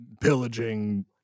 pillaging